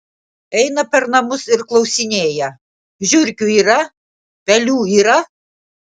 eina per namus ir klausinėja žiurkių yra pelių yra